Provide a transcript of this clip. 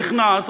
נכנס,